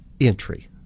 entry